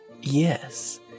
Yes